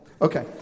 okay